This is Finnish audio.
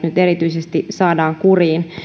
erityisesti sarjanäpistelijät saadaan kuriin